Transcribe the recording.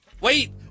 Wait